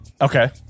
Okay